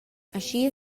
aschia